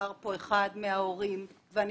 כמו שאמר כאן אחד מההורים ואני